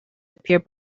appear